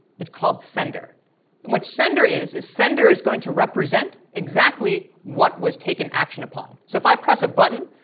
it's called sender, and what sender is is sender is going to represent exactly what was taken action upon. so if i press a button,